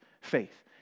faith